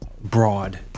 broad